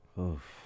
Oof